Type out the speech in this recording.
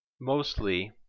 mostly